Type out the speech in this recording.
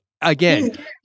again